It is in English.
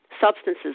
substances